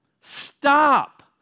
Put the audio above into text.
stop